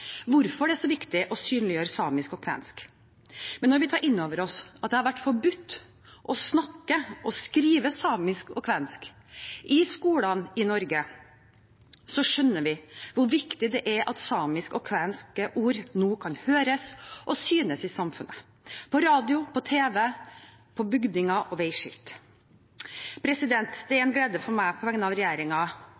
hvorfor det er så viktig å synliggjøre samisk og kvensk. Men når vi tar inn over oss at det har vært forbudt å snakke og skrive samisk og kvensk i skolen i Norge, skjønner vi hvor viktig det er at samiske og kvenske ord nå kan høres og synes i samfunnet, på radio, på TV, på bygninger og veiskilt. Det er